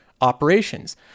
operations